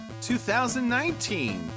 2019